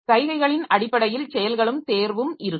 சைகைகளின் அடிப்படையில் செயல்களும் தேர்வும் இருக்கும்